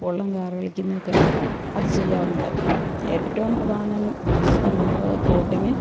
ഉപ്പുവെള്ളം ഗാർഗിളിക്കുന്നെയൊക്കെ അതു ചെയ്യാറുണ്ട് ഏറ്റവും പ്രധാനം സ് നമ്മുടെ ത്രോട്ടിന്